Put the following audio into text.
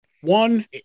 One